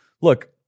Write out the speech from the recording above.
look